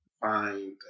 find